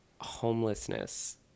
Homelessness